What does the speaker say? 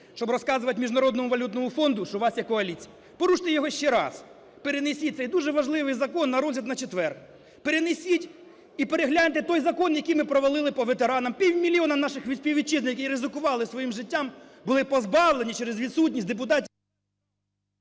щоб розказувати Міжнародному валютному фонду, що у вас є коаліція. Поруште його ще раз, перенесіть цей дуже важливий закон на розгляд на четвер. Перенесіть і перегляньте той закон, який ми провалили по ветеранам. Півмільйона наших співвітчизників, які ризикували своїм життям, були позбавлені через відсутність…